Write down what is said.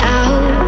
out